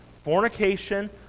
fornication